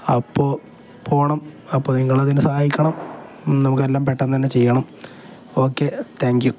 അപ്പോള് പോകണം അപ്പം നിങ്ങളതിന് സഹായിക്കണം നമുക്കെല്ലാം പെട്ടെന്നുതന്നെ ചെയ്യണം ഓക്കെ താങ്ക് യൂ